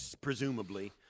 presumably